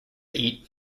eat